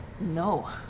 No